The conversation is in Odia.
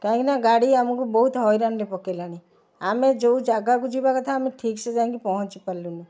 କାହିଁକିନା ଗାଡ଼ି ଆମକୁ ବହୁତ ହଇରାଣରେ ପକାଇଲାଣି ଆମେ ଯେଉଁ ଜାଗାକୁ ଯିବା କଥା ଆମେ ଠିକ୍ ସେ ଯାଇକି ପହଁଛି ପାରିଲୁନି